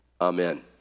Amen